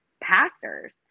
pastors